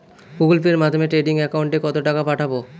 Google পের মাধ্যমে trading একাউন্টে টাকা পাঠাবো?